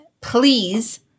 please